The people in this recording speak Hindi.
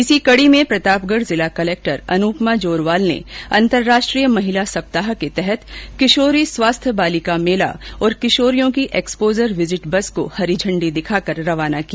इसी कड़ी में प्रतापगढ जिला कलेक्टर अनुपमा जोरवाल ने अंतर्राष्ट्रीय महिला सप्ताह के तहत किशोरी स्वास्थ्य बालिका मेला और किशोरियों की एक्सपोजर विजिट बस को हरी झंडी दिखाकर रवाना किया